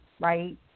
right